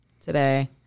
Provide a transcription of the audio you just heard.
today